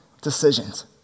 decisions